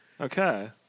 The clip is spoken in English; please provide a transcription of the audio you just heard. Okay